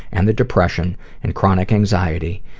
and the depression and chronic anxiety,